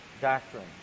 doctrine